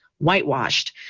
whitewashed